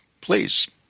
Please